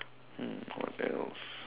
hmm what else